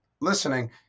listening –